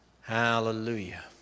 Hallelujah